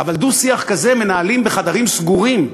אבל דו-שיח כזה מנהלים בחדרים סגורים,